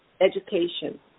education